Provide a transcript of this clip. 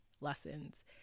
lessons